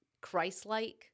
Christ-like